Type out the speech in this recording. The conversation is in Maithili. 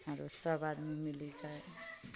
आरु सभ आदमी मिलि कए